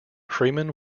freeman